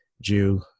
Jew